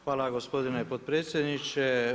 Hvala gospodine potpredsjedniče.